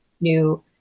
new